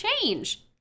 change